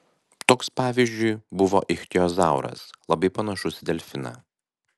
toks pavyzdžiui buvo ichtiozauras labai panašus į delfiną